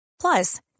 plus